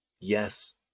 Yes